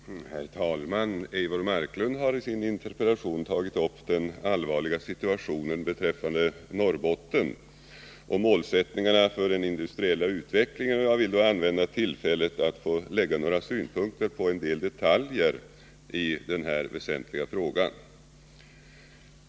Herr talman! Eivor Marklund har i sin interpellation tagit upp den allvarliga situationen beträffande Norrbotten och målsättningarna för den industriella utvecklingen. Jag vill därför använda tillfället för att lägga fram några synpunkter på en del detaljer i den här väsentliga frågan.